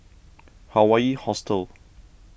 Hawaii Hostel